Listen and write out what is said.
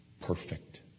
perfect